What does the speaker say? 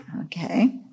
Okay